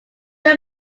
will